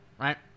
right